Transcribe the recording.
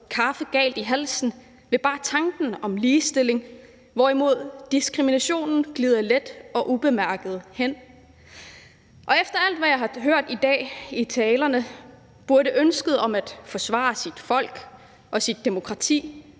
kaffen galt i halsen bare ved tanken om ligestilling, hvorimod diskriminationen glider let og ubemærket hen. Og efter alt, hvad jeg har hørt i talerne i dag, så burde ønsket om at forsvare sit folk, sit demokrati